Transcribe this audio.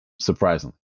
Surprisingly